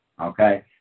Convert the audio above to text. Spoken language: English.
okay